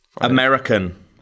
American